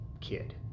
kid